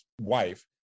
wife